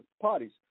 parties